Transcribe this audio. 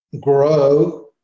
grow